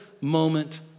moment